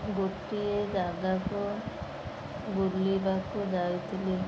ଗୋଟିଏ ଜାଗାକୁ ବୁଲିବାକୁ ଯାଇଥିଲି